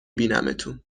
بینمتون